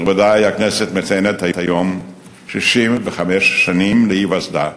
נכבדי, הכנסת מציינת היום 65 שנים להיווסדה.